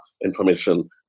information